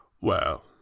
Well